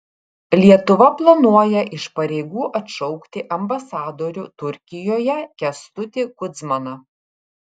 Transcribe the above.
lietuva planuoja iš pareigų atšaukti ambasadorių turkijoje kęstutį kudzmaną